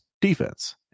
defense